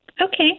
Okay